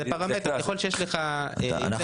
ככל שיש לך יותר